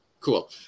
cool